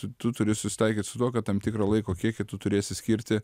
tu tu turi susitaikyt su tuo kad tam tikrą laiko kiekį tu turėsi skirti